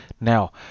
Now